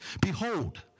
behold